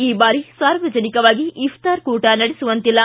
ಈ ಬಾರಿ ಸಾರ್ವಜನಿಕವಾಗಿ ಇಫ್ತಾರ್ ಕೂಟ ನಡೆಸುವಂತಿಲ್ಲ